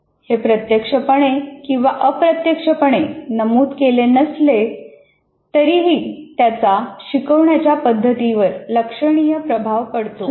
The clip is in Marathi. हे प्रत्यक्षपणे किंवा अप्रत्यक्षपणे नमूद केले तरीही त्याचा शिकवण्याच्या पद्धती वर लक्षणीय प्रभाव पडतो